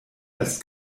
als